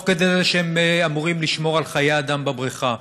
כדי זה שהם אמורים לשמור על חיי אדם בבריכה.